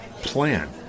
plan